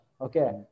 Okay